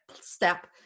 step